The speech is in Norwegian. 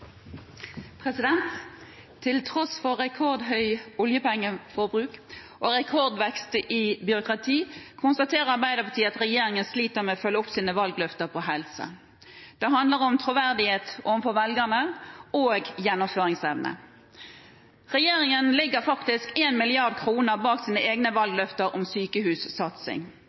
Til tross for rekordhøyt oljepengeforbruk og rekordvekst i byråkrati konstaterer Arbeiderpartiet at regjeringen sliter med å oppfylle sine valgløfter når det gjelder helse. Det handler om troverdighet overfor velgerne og om gjennomføringsevne. Regjeringen ligger faktisk 1 mrd. kr bak sine egne